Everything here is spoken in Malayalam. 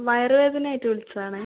വയർ വേദനയായിട്ട് വിളിച്ചതാണേ